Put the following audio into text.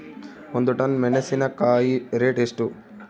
ಒಂದು ಟನ್ ಮೆನೆಸಿನಕಾಯಿ ರೇಟ್ ಎಷ್ಟು?